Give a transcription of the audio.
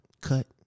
cut